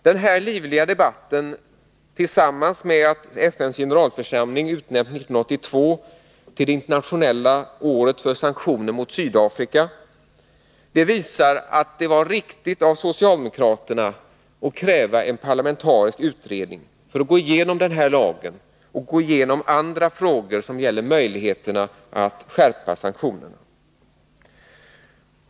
Den livliga debatten tillsammans med förhållandet att FN:s generalförsamling utnämnt 1982 till det internationella året för sanktioner mot Sydafrika visar att det var riktigt av socialdemokraterna att kräva en parlamentarisk utredning för att gå igenom den här lagen och andra frågor som gäller möjligheterna att skärpa sanktionerna.